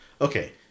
okay